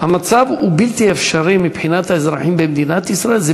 המצב הוא בלתי אפשרי מבחינת האזרחים במדינת ישראל.